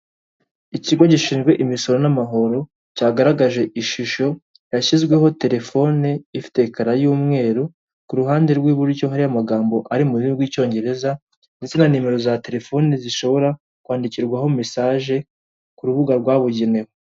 Ikigo gishinzwe imisoro n'amahoro cyagaragaje ishusho yashyizweho telefone ifite ekara y'umweru, ku ruhande rw'iburyo hari amagambo ari mu rurimi rw'icyongereza, ndetse na nimero za telefoni zishobora kwandikirwaho mesaje ku rubuga rwabugenewe.